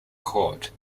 court